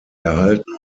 erhalten